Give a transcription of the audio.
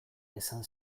esan